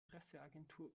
presseagentur